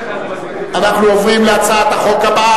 אנחנו עוברים להצעת החוק הבאה,